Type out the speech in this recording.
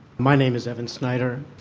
my name is evan snyder,